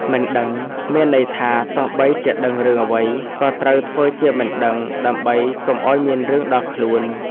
«មិនដឹង» មានន័យថា ទោះបីជាដឹងរឿងអ្វី ក៏ត្រូវធ្វើជាមិនដឹង ដើម្បីកុំឱ្យមានរឿងដល់ខ្លួន។